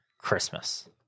Christmas